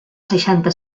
seixanta